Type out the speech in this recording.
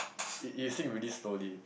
it it you sink really slowly